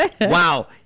wow